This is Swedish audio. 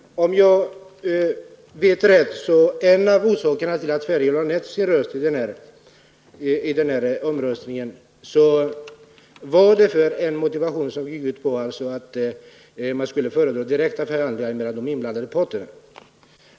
Herr talman! Om jag är rätt underrättad så var en av orsakerna till att Sverige lade ner sin röst i denna omröstning att man ville att det skulle föras direkta förhandlingar mellan de inblandade parterna.